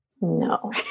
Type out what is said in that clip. No